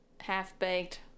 half-baked